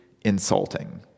insulting